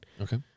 Okay